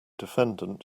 defendant